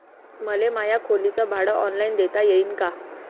मले माया खोलीच भाड ऑनलाईन देता येईन का?